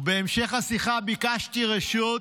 השיחה ביקשתי רשות